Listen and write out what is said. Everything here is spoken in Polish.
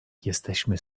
jesteśmy